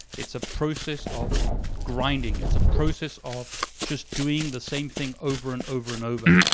it's a process of grinding, it's a process of just doing the same thing over and over and over.